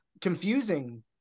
confusing